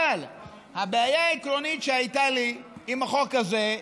אבל הבעיה העקרונית שהייתה לי עם החוק הזה,